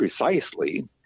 precisely